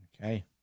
Okay